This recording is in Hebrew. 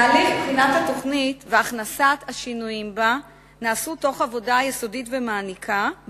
תהליך בחינת התוכנית והכנסת השינויים בה נעשו תוך עבודה יסודית ומעמיקה,